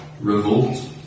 revolt